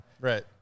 right